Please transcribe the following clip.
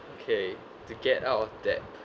okay to get out of debt